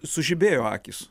sužibėjo akys